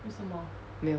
没有